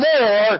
more